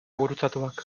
gurutzatuak